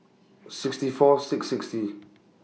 sixty four six sixty